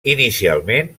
inicialment